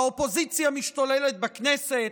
האופוזיציה משתוללת בכנסת,